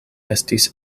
estis